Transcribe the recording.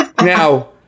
Now